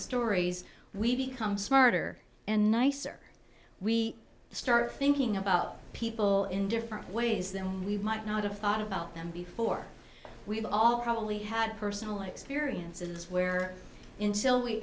stories we become smarter and nicer we start thinking about people in different ways than we might not have thought about them before we've all probably had personal experiences where in till we